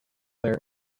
there